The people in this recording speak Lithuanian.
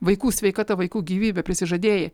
vaikų sveikata vaikų gyvybe prisižadėjai